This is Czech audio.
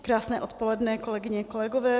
Krásné odpoledne, kolegyně, kolegové.